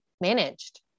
managed